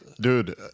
Dude